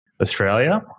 Australia